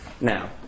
Now